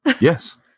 Yes